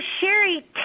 Sherry